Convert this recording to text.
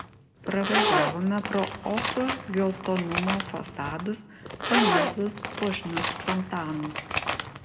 pravažiavome pro ochros geltonumo fasadus paminklus puošnius fontanus